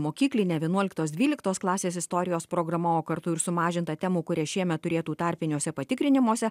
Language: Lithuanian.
mokyklinė vienuoliktos dvyliktos klasės istorijos programa o kartu ir sumažinta temų kurias šiemet turėtų tarpiniuose patikrinimuose